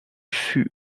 fut